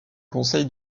conseil